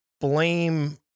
blame